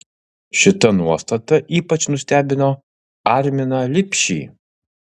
šita nuostata ypač nustebino arminą lipšį